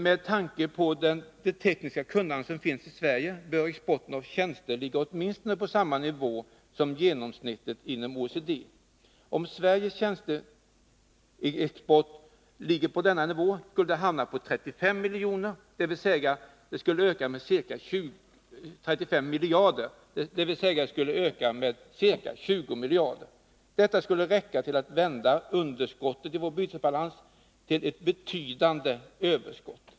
Med tanke på det tekniska kunnande som finns i Sverige bör exporten av tjänster ligga åtminstone på samma nivå som genomsnittet inom OECD. Om Sveriges tjänsteexport låg på denna nivå, skulle den hamna på 35 miljarder, dvs. den skulle då öka med ca 20 miljarder. Detta skulle räcka till att vända underskottet i vår bytesbalans till ett betydande överskott.